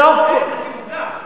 אדוני היושב-ראש,